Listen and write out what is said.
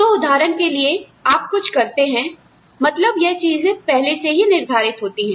तो उदाहरण के लिए आप कुछ करते हैं मतलब यह चीजें पहले से ही निर्धारित होती हैं